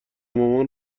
مامان